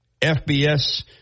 FBS